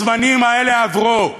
הזמנים האלה עברו.